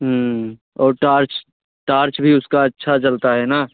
और torch torch भी उसका अच्छा जलता है ना